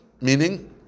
meaning